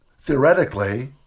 theoretically